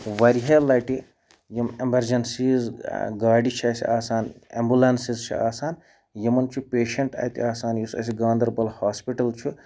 واریاہ لَٹہِ یِم اٮ۪مَرجَنسیٖز گاڑِ چھےٚ اَسہِ آسان اٮ۪مبُلٮ۪نسِز چھِ آسان یِمَن چھُ پیشَںٛٹ اَتہِ آسان یُس اَسہِ گاندَربَل ہاسپِٹَل چھُ